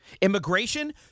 Immigration